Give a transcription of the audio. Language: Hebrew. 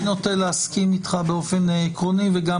אני נוטה להסכים איתך באופן עקרוני וגם